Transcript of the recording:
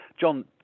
John